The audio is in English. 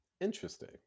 Interesting